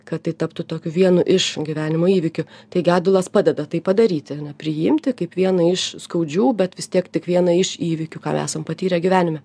kad tai taptų tokiu vienu iš gyvenimo įvykių tai gedulas padeda tai padaryti priimti kaip vieną iš skaudžių bet vis tiek tik vieną iš įvykių ką esam patyrę gyvenime